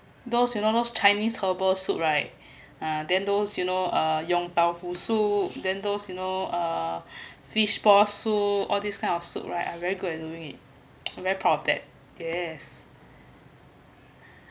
those you know those chinese herbal soup right then those you know uh yong tau foo soup then those you know uh fishball soup all this kind of soup right I'm very good of doing it I'm very proud of that yes